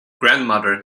grandmother